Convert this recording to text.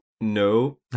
No